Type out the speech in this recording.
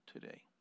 today